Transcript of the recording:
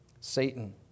Satan